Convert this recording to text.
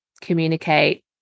communicate